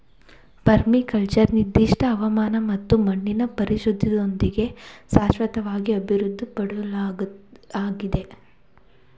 permaculture ನಿರ್ದಿಷ್ಟ ಹವಾಮಾನ ಮತ್ತು ಮಣ್ಣಿನ ಪರಿಸ್ಥಿತಿಯೊಂದಿಗೆ ಶಾಶ್ವತವಾಗಿ ಅಭಿವೃದ್ಧಿಪಡ್ಸಲಾಗಿದೆ